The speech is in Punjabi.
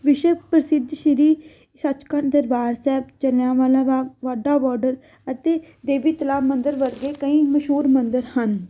ਵਿਸ਼ਵ ਪ੍ਰਸਿੱਧ ਸ਼੍ਰੀ ਸੱਚਖੰਡ ਦਰਬਾਰ ਸਾਹਿਬ ਜਲ੍ਹਿਆਂਵਾਲਾ ਬਾਗ ਬਾਘਾ ਬੋਡਰ ਅਤੇ ਦੇਵੀ ਤਲਾਬ ਮੰਦਰ ਵਰਗੇ ਕਈ ਮਸ਼ਹੂਰ ਮੰਦਿਰ ਹਨ